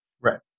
Right